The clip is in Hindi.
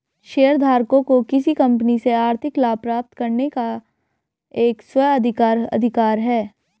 शेयरधारकों को किसी कंपनी से आर्थिक लाभ प्राप्त करने का एक स्व अधिकार अधिकार है